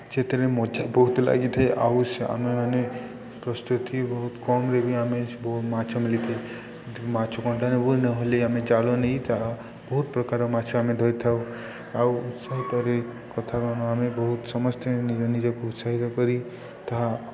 ସେଥିରେ ମଜା ବହୁତ ଲାଗିଥାଏ ଆଉ ସେ ଆମେମାନେ ପ୍ରସ୍ତୁତି ବହୁତ କମ୍ରେ ବି ଆମେ ବହୁତ ମାଛ ମିଳିଥାଏ ମାଛ କଣ୍ଟା ନେବୁ ନହେଲେ ଆମେ ଜାଲ ନେଇ ତାହା ବହୁତ ପ୍ରକାର ମାଛ ଆମେ ଧରିଥାଉ ଆଉ ଉତ୍ସାହିତରେ କଥା ମାନେ ଆମେ କହୁ ସମସ୍ତେ ନିଜ ନିଜକୁ ଉତ୍ସାହିତ କରି ତାହା